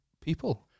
people